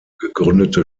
gegründete